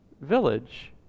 village